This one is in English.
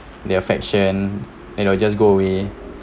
the affection then they'll just go away